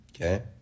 okay